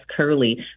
curly